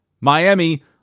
Miami